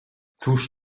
cóż